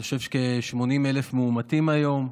אני חושב שיש כ-80,000 מאומתים היום,